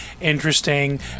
interesting